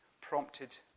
prompted